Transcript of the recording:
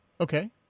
Okay